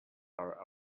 our